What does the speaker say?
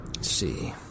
see